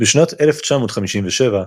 בשנת 1957,